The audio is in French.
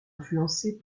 influencés